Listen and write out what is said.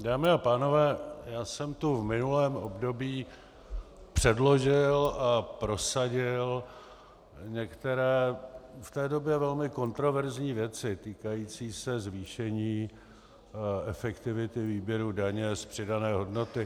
Dámy a pánové, já jsem tu v minulém období předložil a prosadil některé v té době velmi kontroverzní věci týkající se zvýšení efektivity výběru daně z přidané hodnoty.